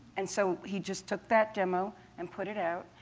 and so he just took that demo and put it out,